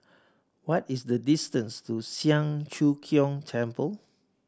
what is the distance to Siang Cho Keong Temple